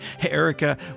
Erica